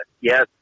Yes